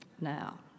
now